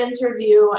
interview